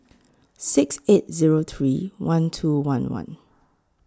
six eight Zero three one two one one